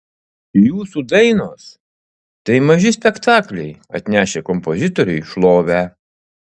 jūsų dainos tai maži spektakliai atnešę kompozitoriui šlovę